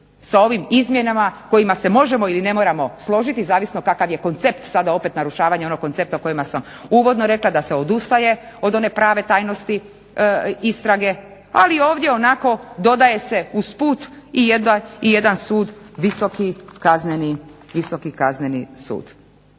sa ovim izmjenama s kojima se možemo ili ne moramo složiti, zavisno kakav je koncept, sada opet narušavanje onog koncepta o kojima sam uvodno rekla da se odustaje od one prave tajnosti istrage, ali ovdje onako dodaje se usput i jedan sud, Visoki kazneni sud.